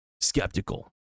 skeptical